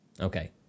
Okay